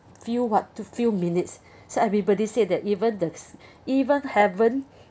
few what to few minutes so everybody said that even this even heaven